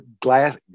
glass